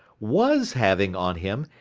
was having on him,